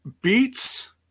beats